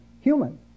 human